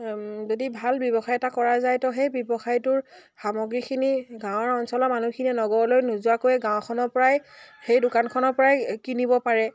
যদি ভাল ব্যৱসায় এটা কৰা যায় ত' সেই ব্যৱসায়টোৰ সামগ্ৰীখিনি গাঁৱৰ অঞ্চলৰ মানুহখিনিয়ে নগৰলৈ নোযোৱাকৈয়ে গাঁওখনৰ পৰাই সেই দোকানখনৰ পৰাই কিনিব পাৰে